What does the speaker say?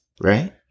right